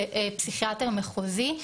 פסיכיאטר מחוזי.